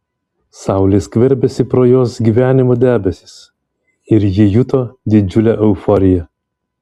saulė skverbėsi pro jos gyvenimo debesis ir ji juto didžiulę euforiją